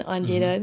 mmhmm